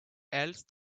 else